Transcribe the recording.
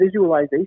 visualization